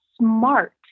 smart